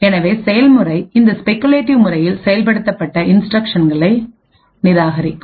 எனவே செயல்முறை இந்த ஸ்பெகுலேட்டிவ் முறையில் செயல்படுத்தப்பட்ட இன்ஸ்டிரக்ஷன்களை நிராகரிக்கும்